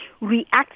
react